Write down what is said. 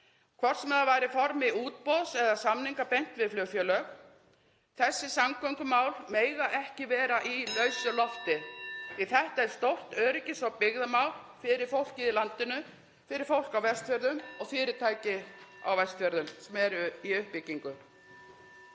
hvort sem það væri í formi útboðs eða samninga beint við flugfélög. Þessi samgöngumál mega ekki vera í lausu lofti. (Forseti hringir.) Þetta er stórt öryggis- og byggðamál fyrir fólkið í landinu, fyrir fólk á Vestfjörðum og fyrirtæki á Vestfjörðum sem eru í uppbyggingu.